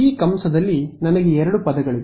ಈ ಕಂಸದಲ್ಲಿಆವರಣ ಚಿಹ್ನೆ ನನಗೆ ಎರಡು ಪದಗಳಿವೆ